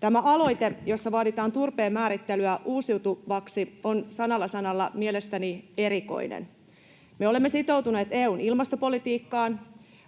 Tämä aloite, jossa vaaditaan turpeen määrittelyä uusiutuvaksi, on mielestäni sanalla sanoen erikoinen. Me olemme sitoutuneet EU:n ilmastopolitiikkaan.